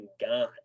God